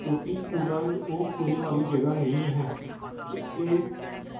ਕਿਉਂਕਿ ਕੂੜਾ ਉਹ ਕੂੜੇ ਵਾਲੀ ਜਗ੍ਹਾ ਨਹੀਂ ਹੈ ਜਿੱਥੇ